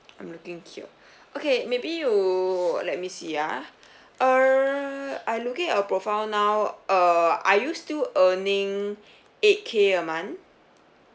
I'm looking here okay maybe you let me see ah err I'm looking at your profile now err are you still earning eight K a month